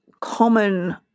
common